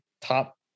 top